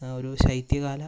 ഒരു ശൈത്യകാല